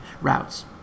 routes